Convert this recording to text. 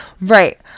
right